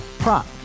Prop